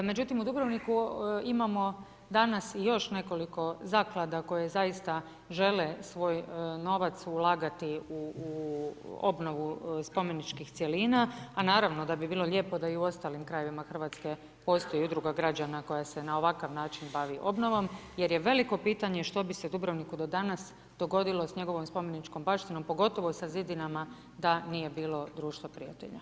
Međutim, u Dubrovniku imamo danas još nekoliko zaklada koje zaista žele svoj novac ulagati u obnovu spomeničkih cjelina a naravno da bi bilo lijepo da i u ostalim krajevima Hrvatske postoji udruga građana koja se na ovakav način bavi obnovom jer je veliko pitanje što bi se Dubrovniku do danas dogodilo sa njegovom spomeničkom baštinom pogotovo sa zidinama da nije bilo Društva prijatelja.